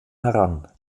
heran